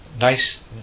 nice